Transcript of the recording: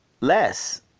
less